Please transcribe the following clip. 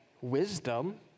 wisdom